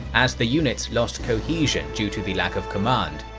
as the units lost cohesion due to the lack of command.